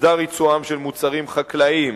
הוסדר ייצואם של מוצרים חקלאיים,